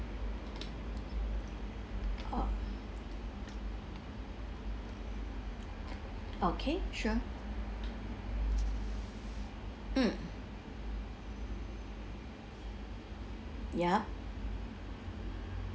oh okay sure mm yeah